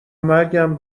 مرگم